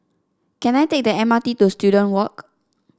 can I take the M R T to Student Walk